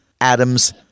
Adams